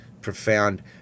profound